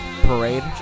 parade